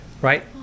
right